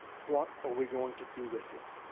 what are we going to do with it?